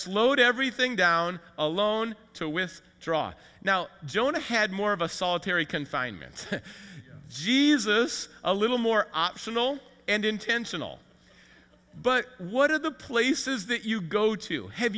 slowed everything down alone to with draw now jonah had more of a solitary confinement jesus a little more optional and intentional but what are the places that you go to have